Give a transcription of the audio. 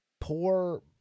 poor